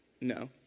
no